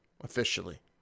officially